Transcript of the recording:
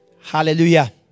Hallelujah